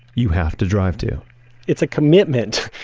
you have to drive to it's a commitment.